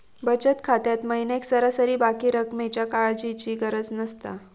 बचत खात्यात महिन्याक सरासरी बाकी रक्कमेच्या काळजीची गरज नसता